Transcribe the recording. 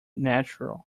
natural